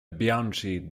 bianchi